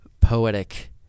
poetic